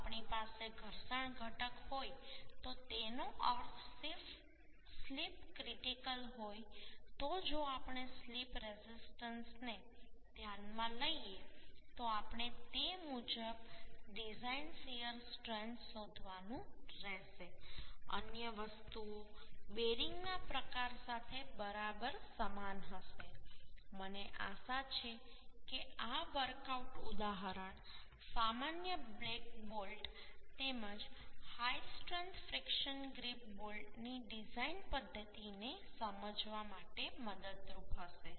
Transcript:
જો આપણી પાસે ઘર્ષણ ઘટક હોય તો તેનો અર્થ સ્લિપ ક્રિટિકલ હોય તો જો આપણે સ્લિપ રેઝિસ્ટન્સ ને ધ્યાનમાં લઈએ તો આપણે તે મુજબ ડિઝાઇન શીયર સ્ટ્રેન્થ શોધવાનું રહેશે અન્ય વસ્તુઓ બેરિંગના પ્રકાર સાથે બરાબર સમાન હશે મને આશા છે કે આ વર્કઆઉટ ઉદાહરણ સામાન્ય બ્લેક બોલ્ટ તેમજ હાઈ સ્ટ્રેન્થ ફ્રિકશન ગ્રીપ બોલ્ટની ડિઝાઇન પદ્ધતિને સમજવા માટે મદદરૂપ હશે